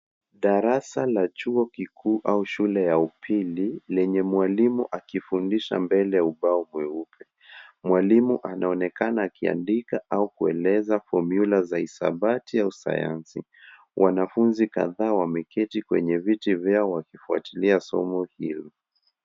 Darasa la chuo kikuu au shule ya upili lenye mwalimu akifundisha mbele ya ubao mweupe. Mwalimu anaonekana akiandika au kueleza fomula za hisabati au sayansi. Wanafunzi kadhaa wameketi kwenye viti vyao wakifuatilia somo hili.